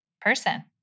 person